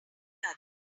other